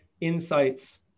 insights